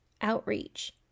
outreach